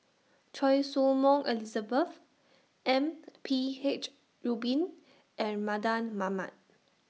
Choy Su Moi Elizabeth M P H Rubin and Mardan Mamat